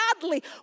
badly